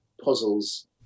puzzles